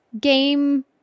game